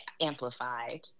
amplified